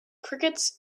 crickets